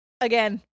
again